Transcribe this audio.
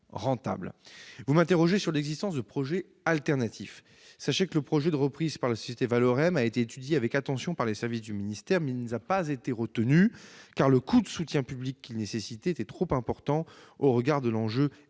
le sénateur, sur l'existence de projets alternatifs. Sachez que le projet de reprise par la société Valorem a été étudié avec attention par les services du ministère, mais il n'a pas été retenu car il nécessitait un coût de soutien public trop important au regard de l'enjeu